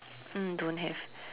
mm don't have